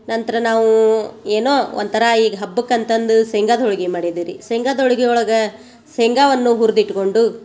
ನಂತರ ನಾವು ಏನೋ ಒಂಥರ ಈಗ ಹಬ್ಬಕ್ಕಂತಂದು ಸೇಂಗಾದ್ ಹೋಳ್ಗಿ ಮಾಡಿದ್ದೇವೆ ರೀ ಸೇಂಗಾದ ಹೋಳ್ಗಿ ಒಳಗೆ ಸೇಂಗಾವನ್ನು ಹುರ್ದಿಟ್ಕೊಂಡು